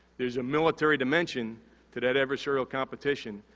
there's a military dimension to that adversarial competition,